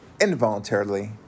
involuntarily